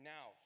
Now